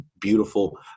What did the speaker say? beautiful